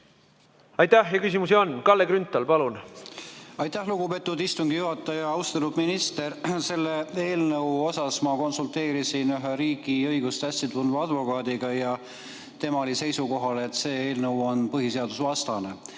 Aitäh! Küsimusi on. Kalle Grünthal, palun! Aitäh, lugupeetud istungi juhataja! Austatud minister! Selle eelnõu osas ma konsulteerisin ühe riigiõigust hästi tundva advokaadiga ja tema oli seisukohal, et see eelnõu on põhiseadusvastane.